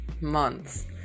months